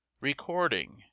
recording